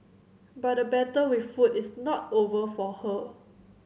but the battle with food is not over for her